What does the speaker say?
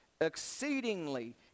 exceedingly